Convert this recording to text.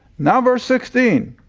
now verse sixteen,